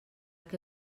que